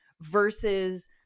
versus